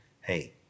Hey